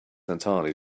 entirely